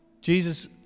Jesus